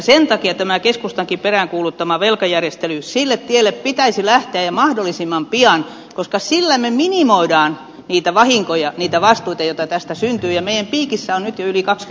sen takia tämän keskustankin peräänkuuluttaman velkajärjestelyn tielle pitäisi lähteä ja mahdollisimmin pian koska sillä me minimoimme niitä vahinkoja niitä vastuita joita tästä syntyi anne viikissä on yli syntyy